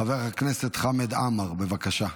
חבר הכנסת חמד עמאר, בבקשה.